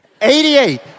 88